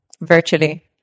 virtually